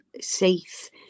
safe